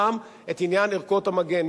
שם את עניין ערכות המגן.